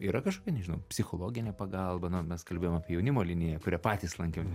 yra kažkokia nežinau psichologinė pagalba na mes kalbėjom apie jaunimo liniją kurią patys lankėm